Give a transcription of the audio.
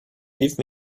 give